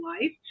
life